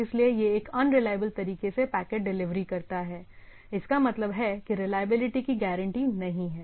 इसलिए यह एक अनरिलायबल तरीके से पैकेट डिलीवरी करता है इसका मतलब है कि रिलायबिलिटी की गारंटी नहीं है